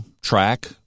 track